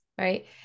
right